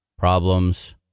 Problems